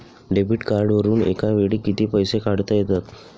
Debit कार्डवरुन एका वेळी किती पैसे काढता येतात?